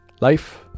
life